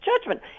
judgment